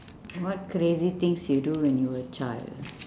what crazy things you do when you were a child